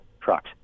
trucks